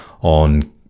on